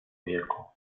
wieku